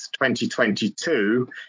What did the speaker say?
2022